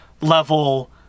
level